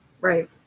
Right